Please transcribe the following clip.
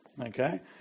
Okay